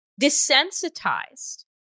desensitized